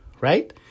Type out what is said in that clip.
right